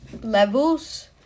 levels